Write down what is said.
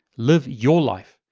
live your life,